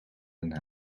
den